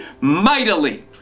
mightily